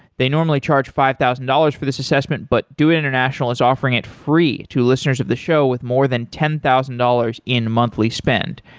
they normally charge five thousand dollars for this assessment, but doit international is offering it free to listeners of the show with more than ten thousand dollars in monthly spend.